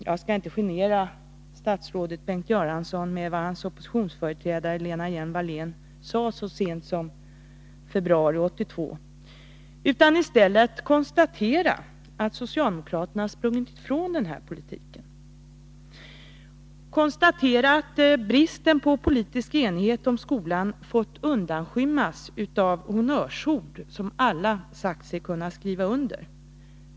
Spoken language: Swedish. Jag skall inte genera statsrådet Bengt Göransson med att citera vad hans företrädare i opposition Lena Hjelm-Wallén sade så sent som februari 1982 utan i stället konstatera att socialdemokraterna sprungit ifrån den politiken. Bristen på politisk enighet om skolan har fått undanskymmas av honnörsord i skrivningar som alla sagt sig kunna skriva under.